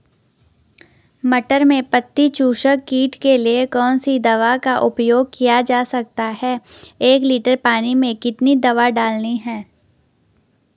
मटर में पत्ती चूसक कीट के लिए कौन सी दवा का उपयोग किया जा सकता है एक लीटर पानी में कितनी दवा डालनी है?